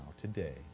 today